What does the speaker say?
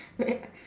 right